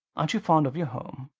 aren't you fond of your home?